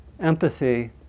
empathy